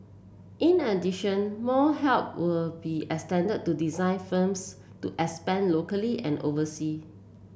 in addition more help were be extended to design firms to expand locally and oversea